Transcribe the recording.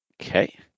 Okay